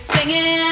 Singing